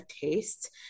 taste